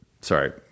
sorry